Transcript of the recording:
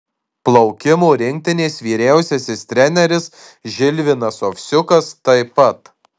plaukimo rinktinės vyriausiasis treneris žilvinas ovsiukas taip pat